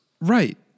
right